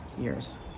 years